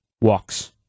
walks